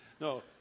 No